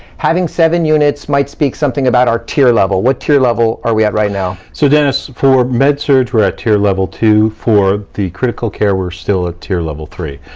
having seven units might speak something about our tier level. what tier level are we at right now? so dennis, for med-surg, we're at tier level two. for the critical care, we're still at tier level three,